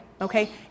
okay